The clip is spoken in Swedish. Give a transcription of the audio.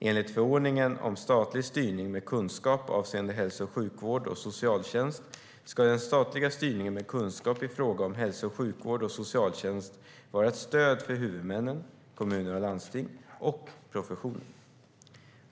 Enligt förordningen om statlig styrning med kunskap avseende hälso och sjukvård och socialtjänst ska den statliga styrningen med kunskap i fråga om hälso och sjukvård och socialtjänst vara ett stöd för huvudmännen - kommuner och landsting - och professionen.